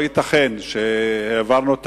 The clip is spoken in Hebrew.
לא ייתכן שהעברנו תקציב,